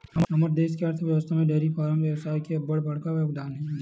हमर देस के अर्थबेवस्था म डेयरी फारम बेवसाय के अब्बड़ बड़का योगदान हे